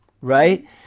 right